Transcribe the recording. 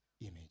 image